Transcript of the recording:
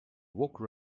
woke